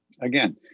again